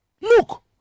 Look